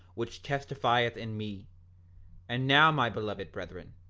which testifieth in me and now my beloved brethren,